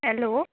hello